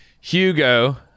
Hugo